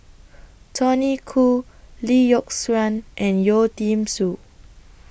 Tony Khoo Lee Yock Suan and Yeo Tiam Siew